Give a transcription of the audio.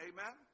Amen